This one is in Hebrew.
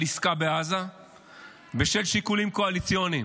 עסקה בעזה בשל שיקולים קואליציוניים.